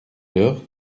l’heure